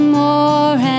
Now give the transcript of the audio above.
more